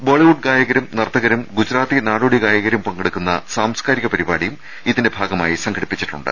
ബോളി വുഡ് ഗായകരും നർത്തകരും ഗുജറാത്തി നാടോടി ഗായകരും പങ്കെ ടുക്കുന്ന സാംസ്കാരിക പരിപാടിയും ഇതിന്റെ ഭാഗമായി സംഘടി പ്പിച്ചിട്ടുണ്ട്